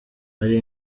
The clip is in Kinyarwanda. hari